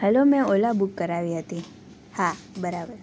hello મેં Ola book કરાવી હતી હા બરાબર